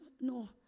no